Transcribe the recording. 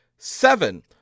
Seven